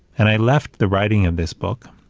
and i left the writing of this book,